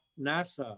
NASA